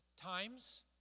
times